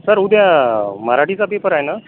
sir उद्या मराठीचा paper आहे ना